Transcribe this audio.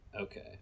Okay